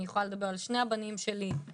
אני יכולה לדבר על שני הבנים שלי, קרביים,